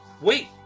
wait